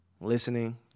listening